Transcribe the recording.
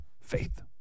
Faith